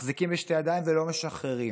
מחזיקים בשתי ידיים ולא משחררים.